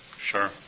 Sure